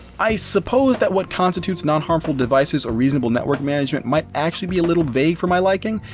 i suppose that what constitues nonharmful devices or reasonable network management might actually be a little vague for my liking,